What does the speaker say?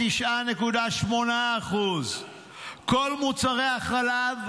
9.8%. כל מוצרי החלב,